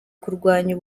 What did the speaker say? kurwanya